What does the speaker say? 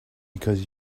because